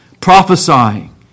prophesying